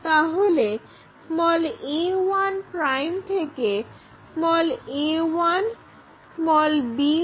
তাহলে a1 থেকে a1 b1 থেকে b1